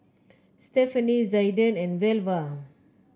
Stephanie Zaiden and Velva